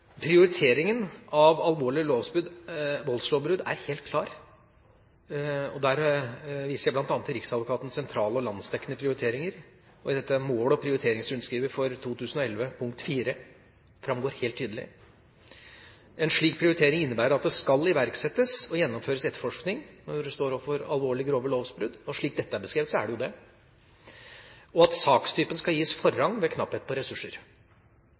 Prioriteringen av alvorlige voldslovbrudd er helt klar. Her viser jeg bl.a. til riksadvokatens sentrale og landsdekkende prioriteringer. I mål- og prioriteringsrundskrivet for 2011 punkt 4 framgår det helt tydelig. En slik prioritering innebærer at det skal iverksettes og gjennomføres etterforskning når man står overfor alvorlige, grove lovbrudd – slik dette er beskrevet, så er det jo det – og at sakstypen skal gis forrang ved knapphet på ressurser.